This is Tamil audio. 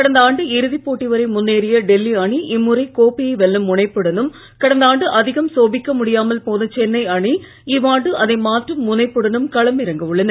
கடந்த ஆண்டு இறுதி போட்டி வரை முன்னேறிய டெல்லி அணி இம்முறை கோப்பையை வெல்லும் முனைப்புடனும் கடந்த ஆண்டு அதிகம் சோபிக்க முடியாமல் போன சென்னை அணி இவ்வாண்டு அதை மாற்றும் முனைப்புடனும் களம் இறங்க உள்ளன